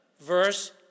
Verse